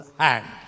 hand